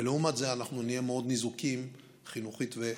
ולעומת זה אנחנו נהיה מאוד ניזוקים חינוכית וכלכלית.